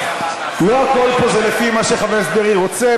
לא הכול פה זה לפי מה שחבר הכנסת דרעי רוצה.